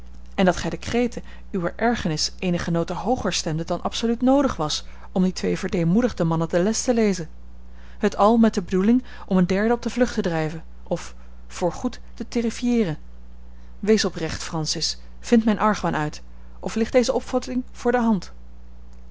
en dat gij de kreten uwer ergernis eenige noten hooger stemdet dan absoluut noodig was om die twee verdeemoedigde mannen de les te lezen het al met de bedoeling om een derde op de vlucht te drijven of voor goed te terrifieeren wees oprecht francis vindt mijn argwaan uit of ligt deze opvatting voor de hand